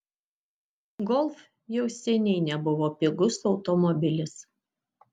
golf jau seniai nebuvo pigus automobilis